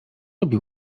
lubi